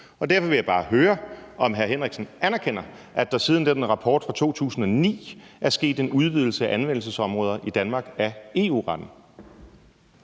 Derfor vil jeg bare høre, om hr. Preben Bang Henriksen anerkender, at der siden den rapport fra 2009 er sket en udvidelse af anvendelsesområder i Danmark af EU-retten.